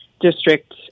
District